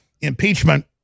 impeachment